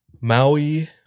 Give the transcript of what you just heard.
Maui